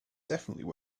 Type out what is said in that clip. definitely